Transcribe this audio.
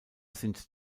sind